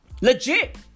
Legit